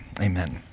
amen